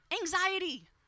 anxiety